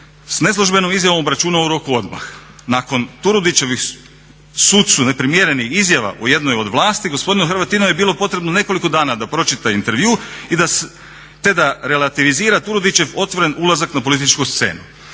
s neslužbenom izjavom obračunao u roku odmah. Nakon Turudićevih sucu neprimjerenih izjava u jednoj od vlasti gospodinu Hrvatinu je bilo potrebno nekoliko dana da pročita intervju, te da relativizira Turudićev otvoren ulazak na političku scenu.